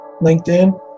linkedin